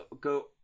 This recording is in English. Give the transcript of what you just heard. go